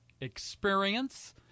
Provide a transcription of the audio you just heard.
experience